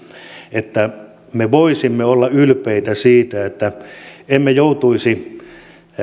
että me voisimme olla ylpeitä siitä että emme joutuisi